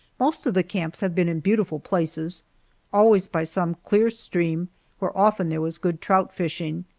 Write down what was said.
most of the camps have been in beautiful places always by some clear stream where often there was good trout fishing.